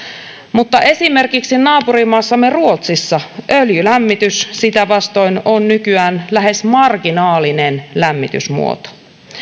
mutta esimerkiksi naapurimaassamme ruotsissa öljylämmitys sitä vastoin on nykyään lähes marginaalinen lämmitysmuoto